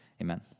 Amen